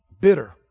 Bitter